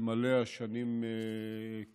במעלה השנים קדימה.